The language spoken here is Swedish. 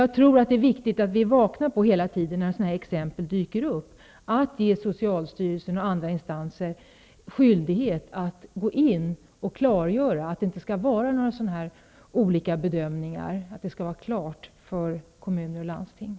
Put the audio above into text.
Jag tycker att det är viktigt att vi uppmärksammar när sådana exempel dyker upp och att socialstyrelsen och andra instanser får skyldighet att klargöra för kommuner och landsting att det inte får ske sådana olika bedömningar.